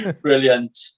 Brilliant